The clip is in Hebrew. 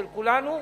של כולנו,